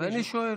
אני שואל.